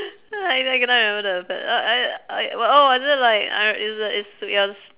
I I cannot remember the but uh I I what was it like I re~ it's a it's it was